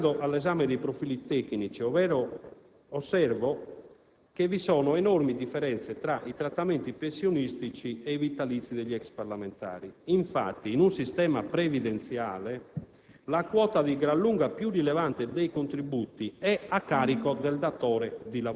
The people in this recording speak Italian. di impegno, di successo e di soddisfazioni professionali. Passando all'esame dei profili tecnici, osservo che vi sono enormi differenze tra i trattamenti pensionistici e i vitalizi degli ex parlamentari. Infatti, in un sistema previdenziale